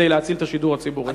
כדי להציל את השידור הציבורי.